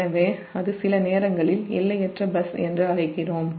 எனவே அது சில நேரங்களில் எல்லையற்ற பஸ் என்று அழைக்கிறோம்